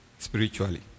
spiritually